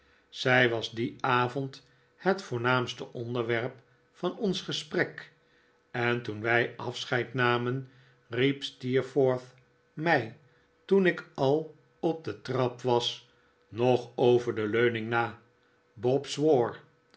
zij was dien avond het voprnaamste onderwerp van ons gesprek en toen wij afscheid namen riep steerforth mij toen ik al op de trap was nog over de leuning na bob